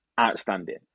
outstanding